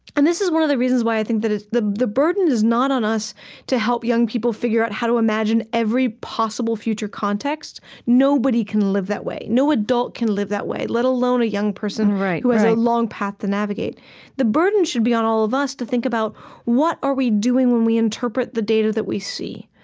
and this is one of the reasons why i think that it the the burden is not on us to help young people figure out how to imagine every possible future context nobody can live that way. no adult can live that way, let alone a young person who has a long path to navigate the burden should be on all of us to think about what are we doing when we interpret the data that we see,